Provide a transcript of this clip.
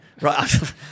Right